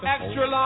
Extra